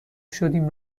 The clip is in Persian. شدیم